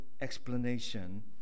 explanation